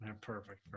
Perfect